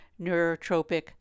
neurotropic